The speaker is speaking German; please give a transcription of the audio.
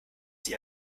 sich